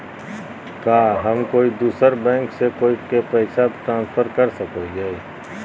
का हम कोई दूसर बैंक से कोई के पैसे ट्रांसफर कर सको हियै?